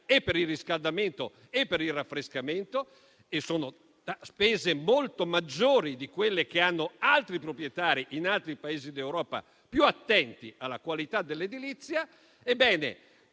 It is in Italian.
energia, riscaldamento e raffrescamento. E sono spese maggiori di quelle che sostengono altri proprietari in altri Paesi d'Europa più attenti alla qualità dell'edilizia.